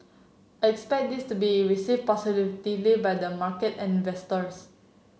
I expect this to be receive positively by the market and